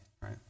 right